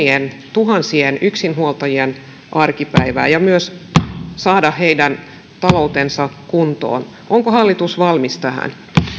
tuhansien yksinhuoltajien arkipäivää ja myös saada heidän taloutensa kuntoon onko hallitus valmis tähän